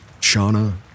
Shauna